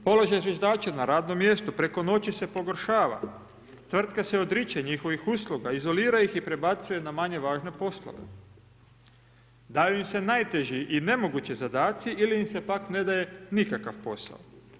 Položaj zviždača na radnom mjestu preko noći se pogoršava, tvrtke se odriču njihovih usluga, izolira ih i prebacuje na manje važne poslove, daju im se najteži i nemogući zadaci ili im se pak ne daje nikakav posao.